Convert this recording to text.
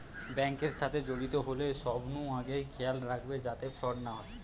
bank এর সাথে জড়িত হলে সবনু আগে খেয়াল রাখবে যাতে ফ্রড না হয়